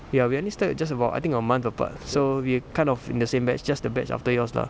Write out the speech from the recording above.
ya we only start just about I think a month apart so we're kind of in the same batch just the batch after yours lah